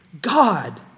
God